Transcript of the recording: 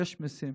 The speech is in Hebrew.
יש מיסים,